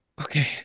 Okay